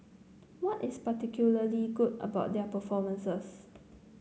what is particularly good about their performances